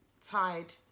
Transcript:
tied